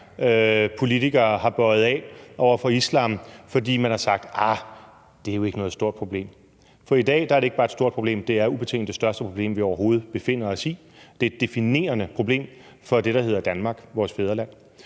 politikere har bøjet af over for islam, fordi man har sagt, at det jo ikke er noget stort problemet. For i dag er det ikke bare et stort problem; det er ubetinget det største problem, vi overhovedet har. Det er et definerende problem for det, der hedder Danmark, vores fædreland.